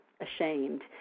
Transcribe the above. ashamed